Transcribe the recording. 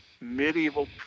Medieval